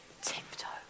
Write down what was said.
tiptoe